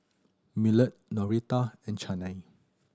Millard Noretta and Chaney